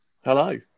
Hello